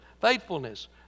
faithfulness